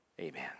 Amen